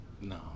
No